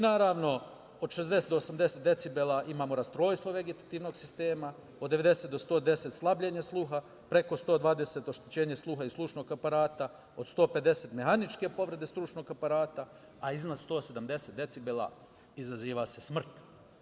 Naravno, od 60 do 80 decibela imamo rastrojstvo vegetativnog sistema, od 90 do 110 slabljenje sluha, preko 120 oštećenje sluha i slušnog aparata, od 150 mehaničke povrede stručnog aparata, a iznad 170 decibela izaziva se smrt.